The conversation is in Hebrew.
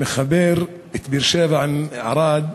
המחבר את באר-שבע לערד,